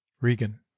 REGAN